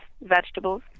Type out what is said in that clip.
vegetables